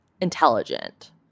intelligent